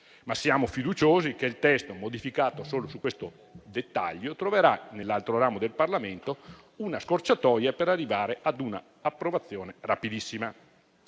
ma siamo fiduciosi che il testo, modificato solo con riguardo a questo dettaglio, troverà nell'altro ramo del Parlamento una scorciatoia per arrivare ad un'approvazione rapidissima.